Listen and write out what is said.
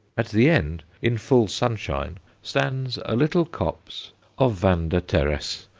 at the end, in full sunshine, stands a little copse of vanda teres,